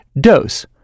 Dose